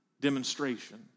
demonstration